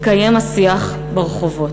מתקיים השיח ברחובות.